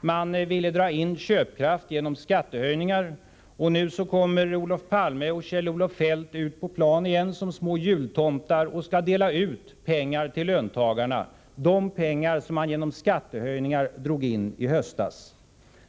Man ville dra in köpkraft genom skattehöjningar. Nu kommer Olof Palme och Kjell-Olof Feldt ut på plan igen som små jultomtar och skall dela ut pengar till löntagarna — de pengar som man genom skattehöjningar drog in i höstas.